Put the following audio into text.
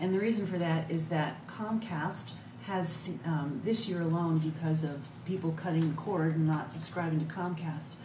and the reason for that is that comcast has seen this year alone because of people cut the cord not subscribing to comcast